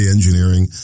Engineering